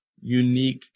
unique